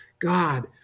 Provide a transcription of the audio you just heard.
God